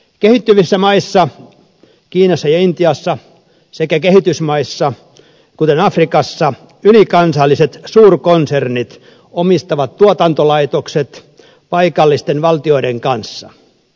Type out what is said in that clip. kehittyvissä maissa kiinassa ja intiassa sekä kehitysmaissa kuten afrikassa ylikansalliset suurkonsernit omistavat tuotantolaitokset paikallisten valtioiden kanssa